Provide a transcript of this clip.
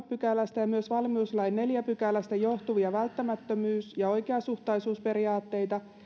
pykälästä ja myös valmiuslain neljännestä pykälästä johtuvia välttämättömyys ja oikeasuhtaisuusperiaatteita